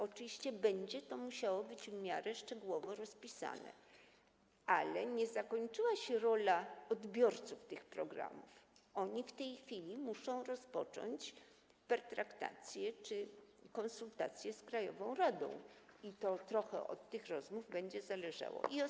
Oczywiście to będzie musiało być w miarę szczegółowo rozpisane, ale nie zakończyła się rola odbiorców tych programów - oni w tej chwili muszą rozpocząć pertraktacje czy konsultacje z krajową radą i to trochę będzie zależało od tych rozmów.